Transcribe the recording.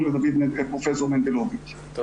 אני